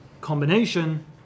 combination